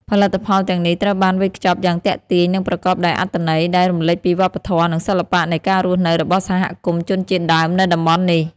ផលិតផលទាំងនេះត្រូវបានវេចខ្ចប់យ៉ាងទាក់ទាញ និងប្រកបដោយអត្ថន័យ ដែលរំលេចពីវប្បធម៌ និងសិល្បៈនៃការរស់នៅរបស់សហគមន៍ជនជាតិដើមនៅតំបន់នេះ។